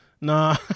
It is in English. nah